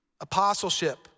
Apostleship